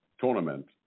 tournament